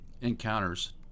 encounters